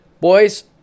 Boys